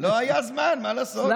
לא היה זמן, מה לעשות?